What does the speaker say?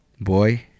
Boy